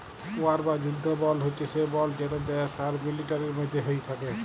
war বা যুদ্ধ বল্ড হছে সে বল্ড যেট দ্যাশ আর মিলিটারির মধ্যে হ্যয়ে থ্যাকে